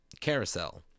carousel